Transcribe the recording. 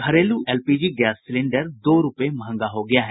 घरेलू LPG gas cylinder दो रूपये महंगा हो गया है